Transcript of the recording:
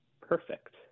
perfect